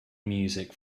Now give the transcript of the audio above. music